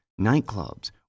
nightclubs